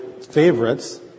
favorites